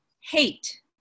hate